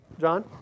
John